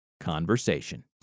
conversation